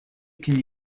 can